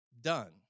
done